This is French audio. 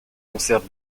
conserve